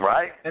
Right